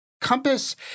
Compass